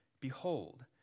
Behold